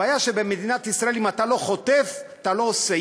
הבעיה שבמדינת ישראל אם אתה לא חוטף, אתה לא עושה.